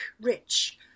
rich